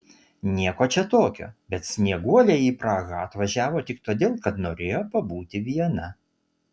nieko čia tokio bet snieguolė į prahą atvažiavo tik todėl kad norėjo pabūti viena